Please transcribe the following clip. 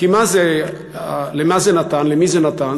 למי זה נתן?